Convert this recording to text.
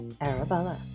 Arabella